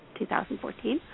2014